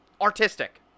Artistic